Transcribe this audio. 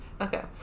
Okay